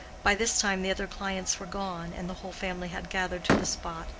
by this time the other clients were gone, and the whole family had gathered to the spot,